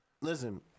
Listen